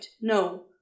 no